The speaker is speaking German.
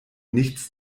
nichts